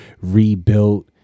rebuilt